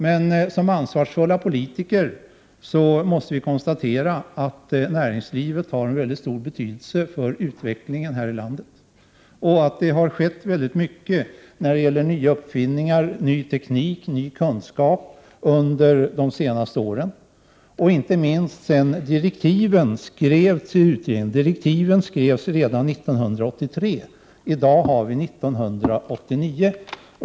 Men som ansvarsfulla politiker måste vi konstatera att näringslivet har en väldigt stor betydelse för utvecklingen här i landet. Det har också skett oerhört mycket när det gällt nya uppfinningar, ny teknik och ny kunskap under de senaste åren, inte minst sedan direktiven till utredningen skrevs. De kom redan 1983, och i dag har vi 1989.